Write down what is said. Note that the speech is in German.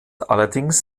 allerdings